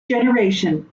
generation